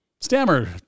Stammer